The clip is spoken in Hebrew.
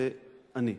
זה אני.